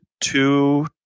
two